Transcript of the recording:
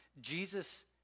Jesus